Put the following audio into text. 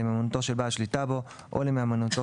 למהימנותו של בעל שליטה בו או למהימנותו